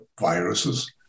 viruses